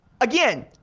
again